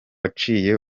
yaciye